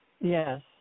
Yes